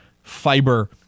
Fiber